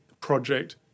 project